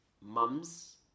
mum's